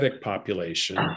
population